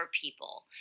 people